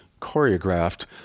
choreographed